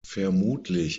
vermutlich